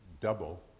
double